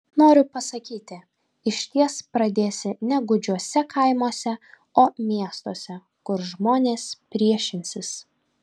noriu pasakyti išties pradėsi ne gūdžiuose kaimuose o miestuose kur žmonės priešinsis